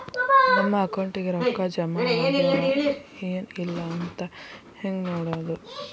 ನಮ್ಮ ಅಕೌಂಟಿಗೆ ರೊಕ್ಕ ಜಮಾ ಆಗ್ಯಾವ ಏನ್ ಇಲ್ಲ ಅಂತ ಹೆಂಗ್ ನೋಡೋದು?